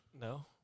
No